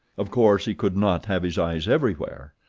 of course, he could not have his eyes everywhere.